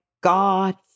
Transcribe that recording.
God